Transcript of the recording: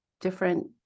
different